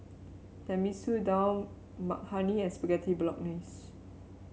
Tenmusu Dal Makhani and Spaghetti Bolognese